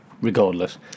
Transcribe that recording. regardless